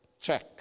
check